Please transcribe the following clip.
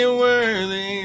worthy